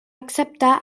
acceptar